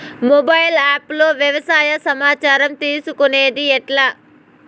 Mobile app లో వ్యవసాయ సమాచారం తీసుకొనేది ఎట్లా?